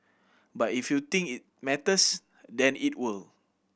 but if you think it matters then it will